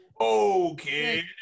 Okay